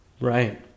right